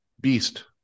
beast